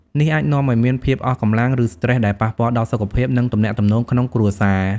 នេះអាចនាំឲ្យមានភាពអស់កម្លាំង ឬស្ត្រេស ដែលប៉ះពាល់ដល់សុខភាព និងទំនាក់ទំនងក្នុងគ្រួសារ។